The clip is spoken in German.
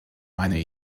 meine